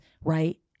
right